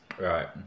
Right